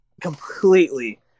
completely